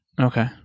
Okay